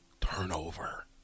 turnover